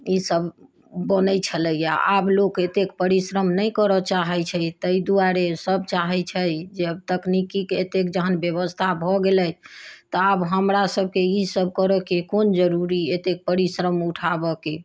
ई सभ बनैत छलैया आब लोक एतेक परिश्रम नहि करऽ चाहैत छै ताहि दुआरे सभ चाहैत छै जब तकनीकीके एतेक जहन व्यवस्था भऽ गेलैया तऽ आब हमरा सभके ई सभ करऽके कोन जरूरी एतेक परिश्रम उठाबऽके